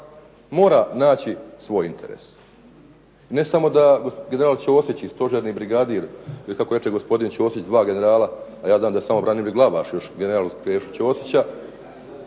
mora naći svoj interes. I ne samo da general Ćosić i stožerni brigadir ili kako reče gospodin Ćosić dva generala, a ja znam da je samo Branimir Glavaš još general uz Krešu Ćosića